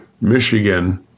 Michigan